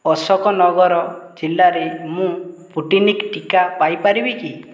ଅଶୋକନଗର ଜିଲ୍ଲାରେ ମୁଁ ସ୍ପୁଟନିକ୍ ଟିକା ପାଇପାରିବି କି